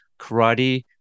karate